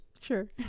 Sure